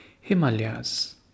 Himalayas